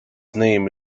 name